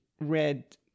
read